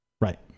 right